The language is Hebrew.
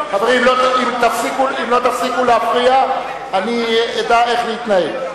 חברים, אם לא תפסיקו להפריע אני אדע איך להתנהג.